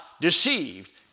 deceived